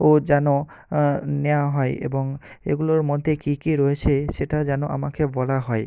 ও যেন নেওয়া হয় এবং এগুলোর মধ্যে কি কি রয়েছে সেটা যেন আমাকে বলা হয়